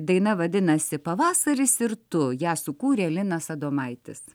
daina vadinasi pavasaris ir tu ją sukūrė linas adomaitis